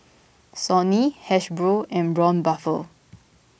Sony Hasbro and Braun Buffel